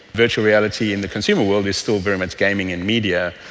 virtual reality in the consumer world is still very much gaming and media.